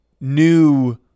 new